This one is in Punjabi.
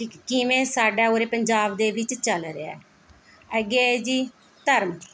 ਕਿ ਕਿਵੇਂ ਸਾਡਾ ਉਰੇ ਪੰਜਾਬ ਦੇ ਵਿੱਚ ਚੱਲ ਰਿਹਾ ਹੈ ਅੱਗੇ ਹੈ ਜੀ ਧਰਮ